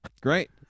great